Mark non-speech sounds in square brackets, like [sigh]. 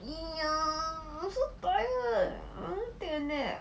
[noise] so tired I want take a nap